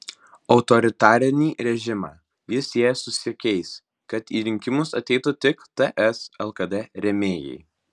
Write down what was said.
autoritarinį režimą jis sieja su siekiais kad į rinkimus ateitų tik ts lkd rėmėjai